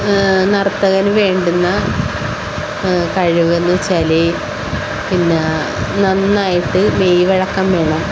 നർത്തകന് വേണ്ടുന്ന കഴിവെന്ന് വെച്ചാല് പിന്നെ നന്നായിട്ട് മെയ് വഴക്കം വേണം